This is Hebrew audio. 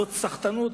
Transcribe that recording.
זאת סחטנות?